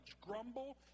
grumble